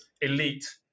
elite